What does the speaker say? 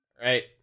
Right